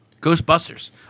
Ghostbusters